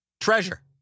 treasure